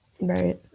Right